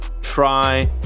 try